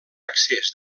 accés